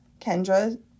Kendra